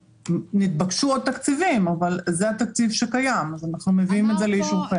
נתבקשו עוד תקציבים אבל זה התקציב שקיים ואנחנו מביאים אותו לאישורכם.